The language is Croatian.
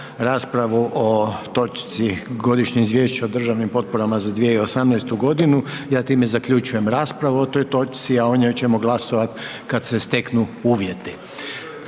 raspravu o točki Godišnje izvješće o državnim potporama za 2018. godinu ja time zaključujem raspravu o toj točci, a o njoj ćemo glasovati kad se steku uvjeti.